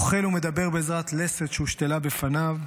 אוכל ומדבר בעזרת לסת שהושתלה בפניו,